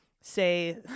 say